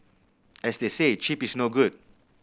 as they say cheap is no good